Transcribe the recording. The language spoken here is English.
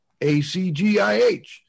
ACGIH